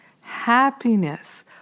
happiness